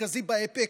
המרכזי בעמק,